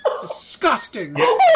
Disgusting